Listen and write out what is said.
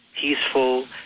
peaceful